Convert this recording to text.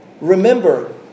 Remember